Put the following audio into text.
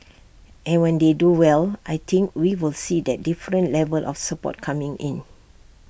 and when they do well I think we will see that different level of support coming in